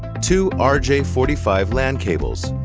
two ah forty five lan cables,